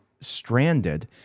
stranded